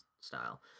style